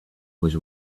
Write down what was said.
was